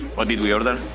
what did we order? pho